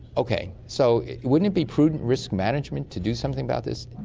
okay, so wouldn't it be prudent risk management to do something about this?